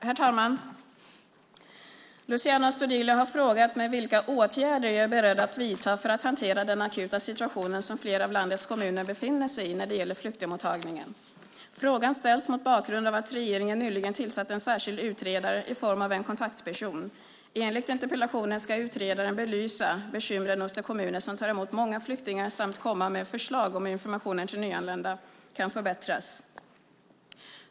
Herr talman! Luciano Astudillo har frågat mig vilka åtgärder jag är beredd att vidta för att hantera den akuta situation som flera av landets kommuner befinner sig i när det gäller flyktingmottagningen. Frågan ställs mot bakgrund av att regeringen nyligen tillsatt en särskild utredare i form av en kontaktperson. Enligt interpellationen ska utredaren belysa bekymren hos de kommuner som tar emot många flyktingar samt komma med förslag om hur informationen till nyanlända kan förbättras.